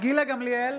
גילה גמליאל,